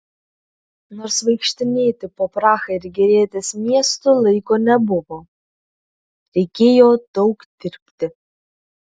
nors vaikštinėti po prahą ir gėrėtis miestu laiko nebuvo reikėjo daug dirbti